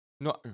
No